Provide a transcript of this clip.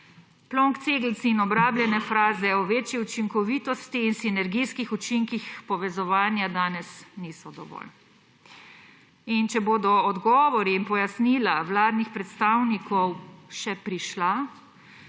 Plonkcegelci in obrabljene fraze o večji učinkovitost in sinergijskih učinkih povezovanja danes niso dovolj. Če bodo odgovori in pojasnila vladnih predstavnikov še prišla